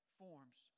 forms